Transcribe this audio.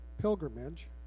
pilgrimage